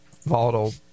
volatile